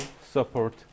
support